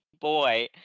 boy